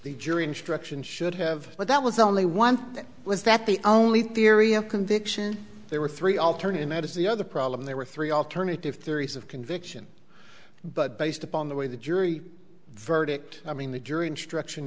the jury instructions should have but that was only one was that the only theory of conviction there were three alternatives that is the other problem there were three alternative theories of conviction but based upon the way the jury verdict i mean the jury instruction